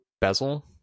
bezel